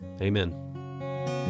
Amen